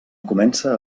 comença